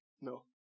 No